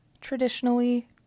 Traditionally